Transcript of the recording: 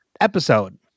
episode